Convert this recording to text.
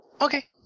Okay